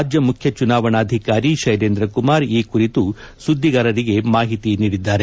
ರಾಜ್ಯ ಮುಖ್ಯ ಚುನಾವಣಾಧಿಕಾರಿ ಶೈಲೇಂದ್ರ ಕುಮಾರ್ ಈ ಕುರಿತು ಸುದ್ದಿಗಾರರಿಗೆ ಮಾಹಿತಿ ನೀಡಿದರು